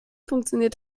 funktioniert